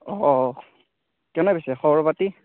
অ কেনে পিছে খবৰ পাতি